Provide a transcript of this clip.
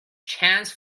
chance